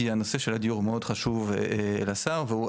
כי הנושא של הדיור מאוד חשוב לשר והוא